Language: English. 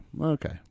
Okay